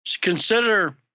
consider